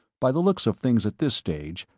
by the looks of things at this stage,